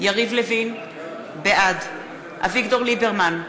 יריב לוין, בעד אביגדור ליברמן,